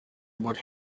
about